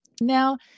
now